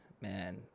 man